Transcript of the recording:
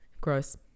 Gross